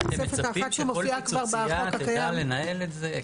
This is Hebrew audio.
אתם מצפים שכל פיצוצייה תדע לנהל את זה?